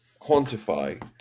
quantify